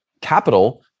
capital